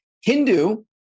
Hindu